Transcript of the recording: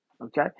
Okay